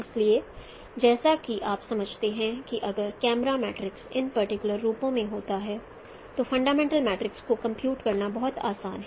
इसलिए जैसा कि आप समझते हैं कि अगर कैमरा मैट्रिक्स इन पर्टिकुलर रूपों में होता है तो फंडामेंटल मैट्रिक्स को कंप्यूट करना बहुत आसान है